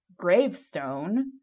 gravestone